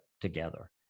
together